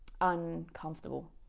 uncomfortable